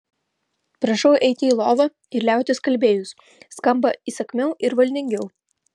prašau eiti į lovą ir liautis kalbėjus skamba įsakmiau ir valdingiau